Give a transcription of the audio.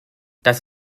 das